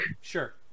Sure